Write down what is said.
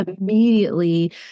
immediately